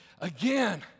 again